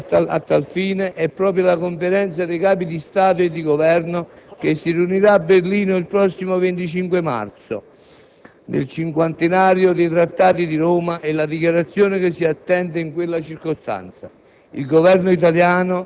Essenziale a tal fine è proprio la Conferenza dei Capi di Stato e di Governo che si riunirà a Berlino il prossimo 25 marzo nel cinquantenario dei Trattati di Roma, e la Dichiarazione che si attende in quella circostanza.